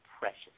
precious